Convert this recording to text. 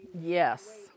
Yes